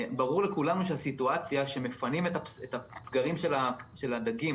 ברור לכולנו שהסיטואציה שמפנים את הפגרים של הדגים,